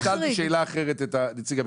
אני שאלתי שאלה אחרת את נציג הביטוח הלאומי.